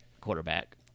quarterback